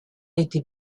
été